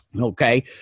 okay